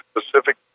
specific